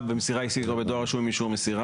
במסירה אישית או בדואר רשום עם אישור מסירה,